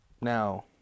Now